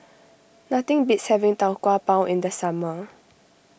nothing beats having Tau Kwa Pau in the summer